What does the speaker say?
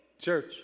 church